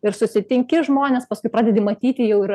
ir susitinki žmones paskui pradedi matyti jau ir